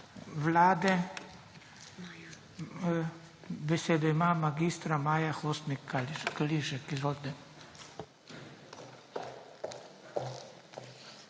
Vlade. Besedo ima mag. Maja Hostnik Kališek. Izvolite.